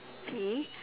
okay